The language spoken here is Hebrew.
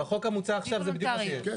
לא.